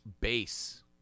base